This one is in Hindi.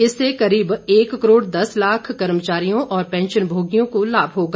इससे करीब एक करोड़ दस लाख कर्मचारियों और पेंशन भोगियों को लाभ होगा